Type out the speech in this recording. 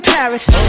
Paris